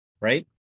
right